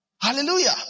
Hallelujah